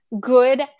good